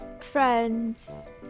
friends